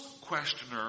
questioner